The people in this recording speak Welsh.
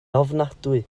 ofnadwy